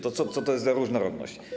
To co to jest za różnorodność?